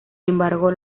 embargo